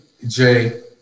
Jay